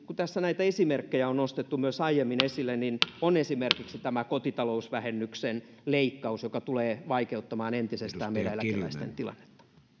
kun tässä näitä esimerkkejä on nostettu myös aiemmin esille on esimerkiksi tämä kotitalousvähennyksen leikkaus joka tulee vaikeuttamaan entisestään meidän eläkeläisten tilannetta